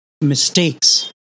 mistakes